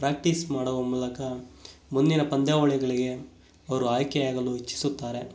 practice ಮಾಡುವ ಮೂಲಕ ಮುಂದಿನ ಪಂದ್ಯಾವಳಿಗಳಿಗೆ ಅವರು ಆಯ್ಕೆಯಾಗಲು ಇಚ್ಛಿಸುತ್ತಾರೆ